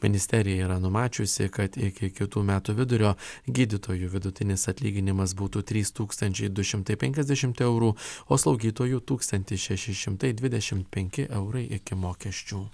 ministerija yra numačiusi kad iki kitų metų vidurio gydytojų vidutinis atlyginimas būtų trys tūkstančiai du šimtai penkiasdešimt eurų o slaugytojų tūkstantis šeši šimtai dvidešimt penki eurai iki mokesčių